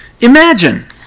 Imagine